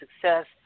success